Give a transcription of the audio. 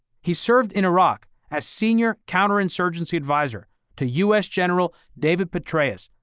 he served in iraq as senior counterinsurgency advisor to u s. general, david petraeus.